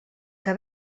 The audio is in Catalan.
que